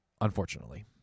unfortunately